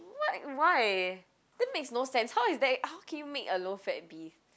what why that makes no sense how is that how can you make a low fat beef